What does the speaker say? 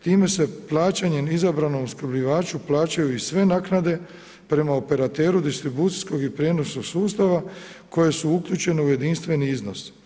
Time se plaćanjem izabranom opskrbljivaču plaćaju i sve naknade prema operateru distribucijskog i prijenosnog sustava koje su uključene u jedinstveni iznos.